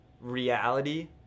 reality